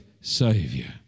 saviour